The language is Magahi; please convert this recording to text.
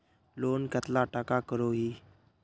लोन कतला टाका करोही?